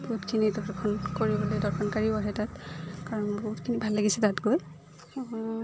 বহুতখিনি দৰ্শন কৰিবলৈ দৰ্শনকাৰীও আহে তাত কাৰণ বহুতখিনি ভাল লাগিছে তাত গৈ